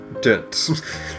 dense